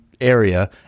area